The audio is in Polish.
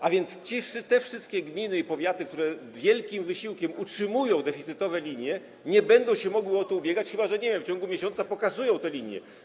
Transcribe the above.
A więc te wszystkie gminy i powiaty, które wielkim wysiłkiem utrzymują deficytowe linie, nie będą się mogły o to ubiegać, chyba że, nie wiem, w ciągu miesiąca pokasują te linie.